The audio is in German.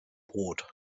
brot